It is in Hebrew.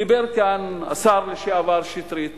דיבר כאן השר לשעבר שטרית